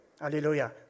Hallelujah